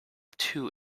too